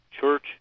church